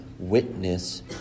witness